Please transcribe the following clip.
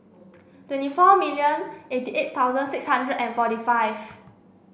twenty four million eighty eight thousand six hundred and forty five